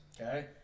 Okay